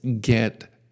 get